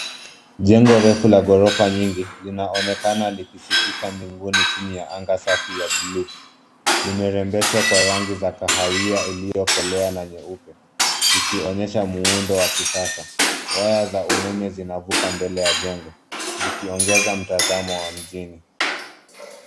Jengo refu la ghorofa nyingi linaonaka likitikisa mbinguni chini ya anga safi ya bluu. Limerembeshwa kwa rangi za kahawia iliyokolea na nyeupe ikionyesha muundo wa kisasa. Waya za umeme zinavuka mbele ya jengo zikiongeza mtazamo wa mjini.